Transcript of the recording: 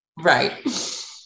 Right